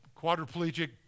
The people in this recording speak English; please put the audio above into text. quadriplegic